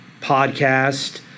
podcast